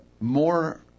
more